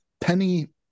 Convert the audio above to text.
penny